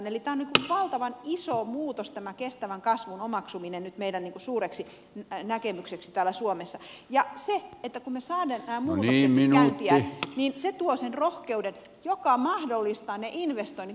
eli tämä on valtavan iso muutos tämä kestävän kasvun omaksuminen nyt meidän suureksi näkemykseksi täällä suomessa ja se kun me saamme nämä muutokset käyntiin tuo sen rohkeuden joka mahdollistaa ne investoinnit